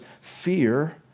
fear